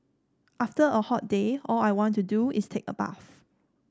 after a hot day all I want to do is take a bath